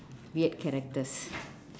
weird characters